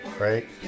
right